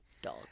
Dog